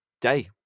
day